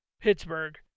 Pittsburgh